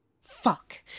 Fuck